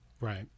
Right